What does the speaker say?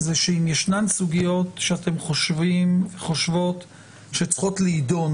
זה שאם ישנן סוגיות שאתן חושבות שצריכות ליידון,